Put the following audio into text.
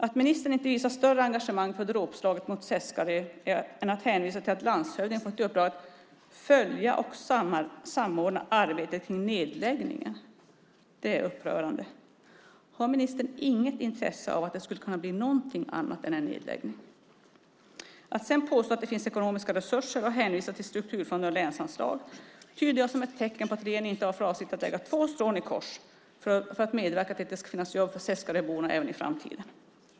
Att ministern inte visar större engagemang i samband med dråpslaget mot Seskarö än att hänvisa till att landshövdingen har fått i uppdrag att följa och samordna arbetet med nedläggningen är upprörande. Har ministern inget intresse av att det skulle kunna bli någonting annat än en nedläggning? Att sedan påstå att det finns ekonomiska resurser och hänvisa till strukturfonder och länsanslag tyder jag som ett tecken på att regeringen inte har för avsikt att lägga två strån i kors för att medverka till att det ska finnas jobb för seskaröborna även i framtiden.